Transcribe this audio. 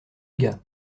gars